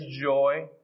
joy